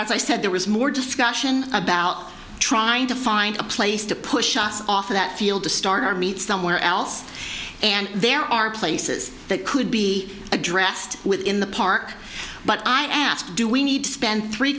as i said there was more discussion about trying to find a place to push us off that field to start our meet somewhere else and there are places that could be addressed within the park but i asked do we need to spend three